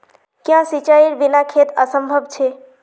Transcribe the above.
क्याँ सिंचाईर बिना खेत असंभव छै?